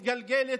מתגלגלת,